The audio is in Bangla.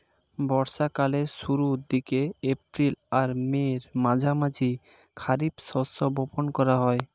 বর্ষা কালের শুরুর দিকে, এপ্রিল আর মের মাঝামাঝি খারিফ শস্য বপন করা হয়